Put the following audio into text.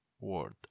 Word